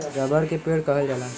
रबड़ के पेड़ कहल जाला